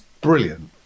brilliant